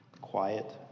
Quiet